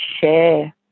share